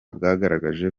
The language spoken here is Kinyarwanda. bwagaragaje